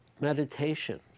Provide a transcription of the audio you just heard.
meditation